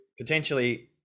potentially